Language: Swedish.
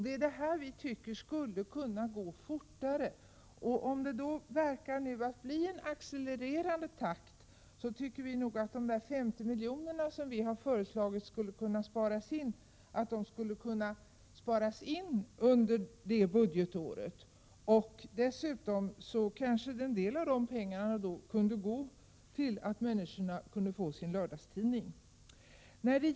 Det är det här som vi tycker skulle kunna gå fortare. Eftersom det nu verkar kunna bli en accelererande takt, tycker vi att de 50 miljoner som vi har föreslagit skall sparas in under det budgetåret. Dessutom kanske en del av dessa pengar skulle kunna användas så, att människorna kan få sin lördagstidning.